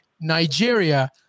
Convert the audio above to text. Nigeria